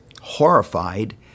horrified